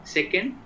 Second